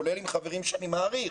כולל עם חברים שאני מעריך,